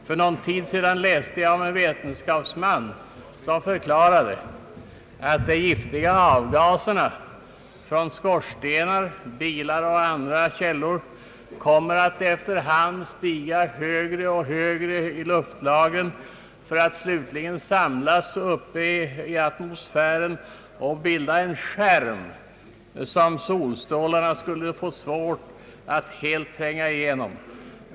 För någon tid sedan läste jag en artikel av en vetenskapsman, som förklarade att de giftiga avgaserna från skorstenar, bilar och andra källor efter hand kommer att stiga högre i luftlagren för att slutligen samlas uppe i atmosfären och bilda en skärm, som solstrålarna skulle få svårt att helt tränga igenom.